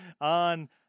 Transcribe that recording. On